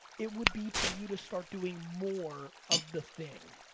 it would be for you to start doing more of the thing.